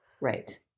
Right